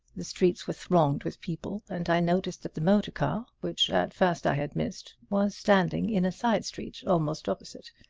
the streets were thronged with people, and i noticed that the motor car, which at first i had missed, was standing in a side street, almost opposite.